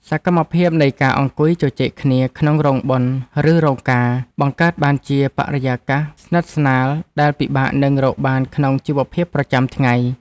សកម្មភាពនៃការអង្គុយជជែកគ្នាក្នុងរោងបុណ្យ ឬរោងការ បង្កើតបានជាបរិយាកាសស្និទ្ធស្នាលដែលពិបាកនឹងរកបានក្នុងជីវភាពប្រចាំថ្ងៃ។